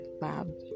lab